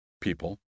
people